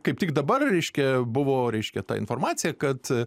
kaip tik dabar reiškia buvo reiškia ta informacija kad